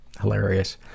Hilarious